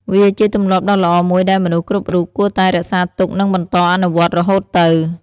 វាជាទម្លាប់ដ៏ល្អមួយដែលមនុស្សគ្រប់រូបគួរតែរក្សាទុកនិងបន្តអនុវត្តរហូតទៅ។